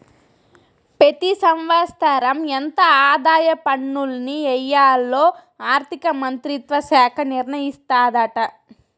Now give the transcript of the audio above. పెతి సంవత్సరం ఎంత ఆదాయ పన్నుల్ని ఎయ్యాల్లో ఆర్థిక మంత్రిత్వ శాఖ నిర్ణయిస్తాదాట